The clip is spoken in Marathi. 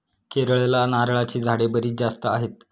केरळला नारळाची झाडे बरीच जास्त आहेत